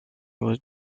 has